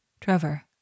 Trevor